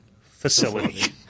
facility